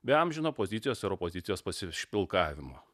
be amžino pozicijos ir opozicijos pasišpilkavimo